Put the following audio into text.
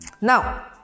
Now